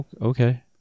Okay